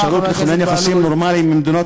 באפשרות לכונן יחסים נורמליים עם מדינות